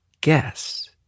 guess